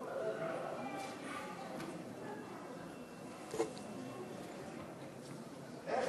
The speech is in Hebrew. איך